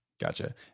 Gotcha